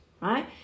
Right